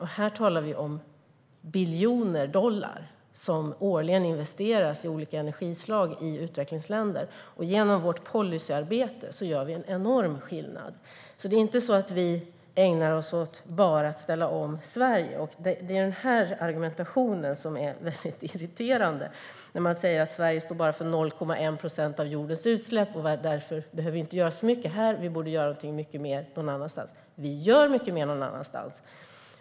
Vi talar om biljoner dollar som årligen investeras i olika energislag i utvecklingsländer. Genom vårt policyarbete gör vi en enorm skillnad. Vi ägnar oss alltså inte åt att bara ställa om Sverige. Det är en irriterande argumentation när man säger att Sverige bara står för 0,1 procent av jordens utsläpp och där-för inte behöver göra särskilt mycket här utan borde göra mycket mer någon annanstans. Vi gör mycket mer någon annanstans!